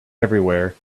everywhere